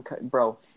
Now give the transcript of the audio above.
Bro